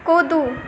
कूदू